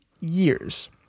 years